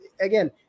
again